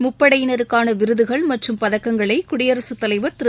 முப்படையினருக்கான விருதுகள் மற்றும் பதக்கங்களை குடியரசுத் தலைவா் திரு